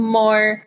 more